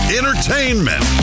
entertainment